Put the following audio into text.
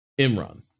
Imran